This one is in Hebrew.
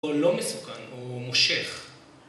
הוא לא מסוכן, הוא מושך